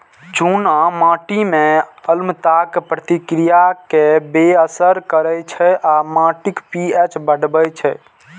चूना माटि मे अम्लताक प्रतिक्रिया कें बेअसर करै छै आ माटिक पी.एच बढ़बै छै